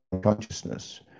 consciousness